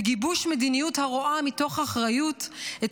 בגיבוש מדיניות הרואה מתוך אחריות את